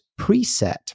preset